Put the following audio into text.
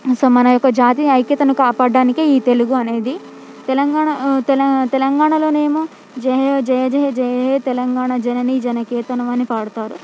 స మన యొక్క జాతి ఐక్యతను కాపాడడానికే ఈ తెలుగు అనేది తెలంగాణ తెల తెలంగాణలోనేమో జయహే జయ జయ జయహే తెలంగాణ జననీ జనకేతనం అనే పాడతారు